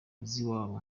z’iwabo